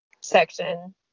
section